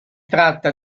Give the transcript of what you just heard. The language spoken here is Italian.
tratta